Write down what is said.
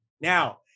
now